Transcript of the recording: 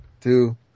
Two